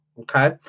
Okay